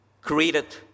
created